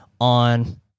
on